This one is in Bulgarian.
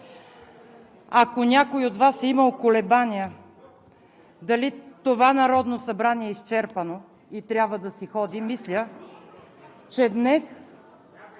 ако някой от Вас е имал колебания дали това Народно събрание е изчерпано и трябва да си ходи, мисля, че днес